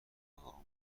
امادهی